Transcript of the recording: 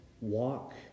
walk